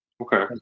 Okay